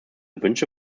wünsche